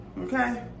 Okay